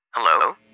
Hello